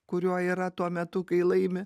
kurio yra tuo metu kai laimi